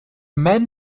man